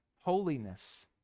holiness